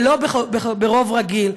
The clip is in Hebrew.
ולא ברוב רגיל,